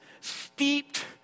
steeped